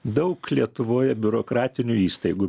daug lietuvoje biurokratinių įstaigų